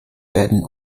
werden